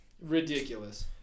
Ridiculous